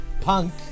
Punk